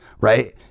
right